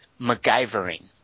MacGyvering